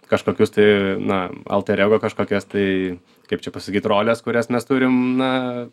kažkokius tai na alter ego kažkokias tai kaip čia pasakyt roles kurias mes turim na